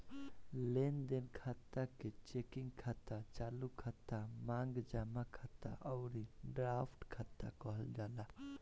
लेनदेन खाता के चेकिंग खाता, चालू खाता, मांग जमा खाता अउरी ड्राफ्ट खाता कहल जाला